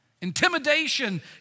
intimidation